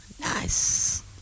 nice